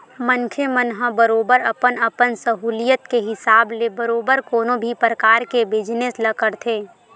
मनखे मन ह बरोबर अपन अपन सहूलियत के हिसाब ले बरोबर कोनो भी परकार के बिजनेस ल करथे